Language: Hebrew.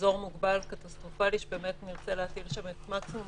אזור מוגבל קטסטרופלי שבאמת נרצה להטיל שם את מקסימום